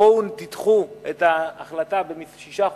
בואו תדחו את ההחלטה בשישה חודשים,